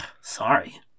sorry